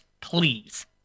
Please